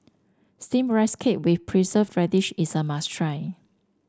steam Rice Cake with preserve radish is a must try